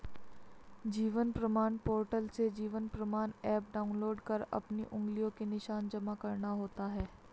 जीवन प्रमाण पोर्टल से Jeevan Pramaan app download कर अपनी उंगलियों के निशान जमा करना होता है